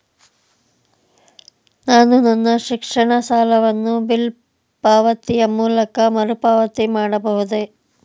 ನಾನು ನನ್ನ ಶಿಕ್ಷಣ ಸಾಲವನ್ನು ಬಿಲ್ ಪಾವತಿಯ ಮೂಲಕ ಮರುಪಾವತಿ ಮಾಡಬಹುದೇ?